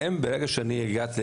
האם ברגע שהגעתי,